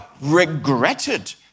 regretted